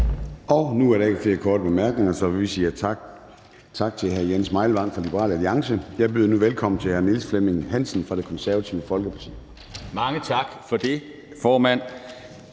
Nu er der ikke flere korte bemærkninger, så vi siger tak til hr. Jens Meilvang fra Liberal Alliance. Jeg byder nu velkommen til hr. Niels Flemming Hansen fra Det Konservative Folkeparti. Kl. 16:47 (Ordfører)